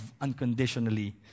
unconditionally